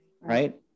right